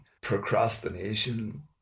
procrastination